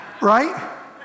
Right